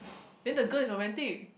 then the girl is romantic